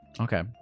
Okay